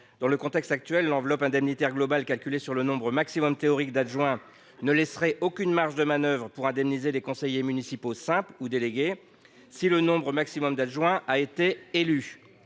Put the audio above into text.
Dans le contexte actuel, l’enveloppe indemnitaire globale, calculée en fonction du nombre maximum théorique d’adjoints, ne laisserait aucune marge de manœuvre pour indemniser les conseillers municipaux simples ou délégués lorsque le nombre maximum d’adjoints a été élu.